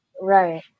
Right